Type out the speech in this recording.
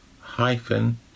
hyphen